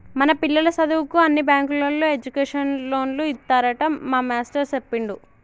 మన పిల్లల సదువుకు అన్ని బ్యాంకుల్లో ఎడ్యుకేషన్ లోన్లు ఇత్తారట మా మేస్టారు సెప్పిండు